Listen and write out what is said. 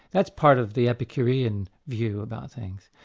that's part of the epicurean view about things.